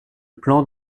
plan